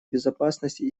безопасности